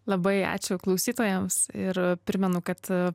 labai ačiū klausytojams ir primenu kad